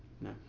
No